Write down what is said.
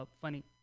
funny